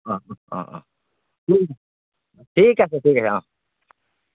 অঁ অঁ অঁ ঠিক আছে ঠিক আছে ঠিক আছে অঁ